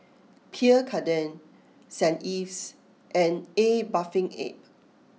Pierre Cardin Saint Ives and A Bathing Ape